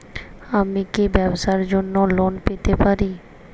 আমি কি ব্যবসার জন্য লোন পেতে পারি?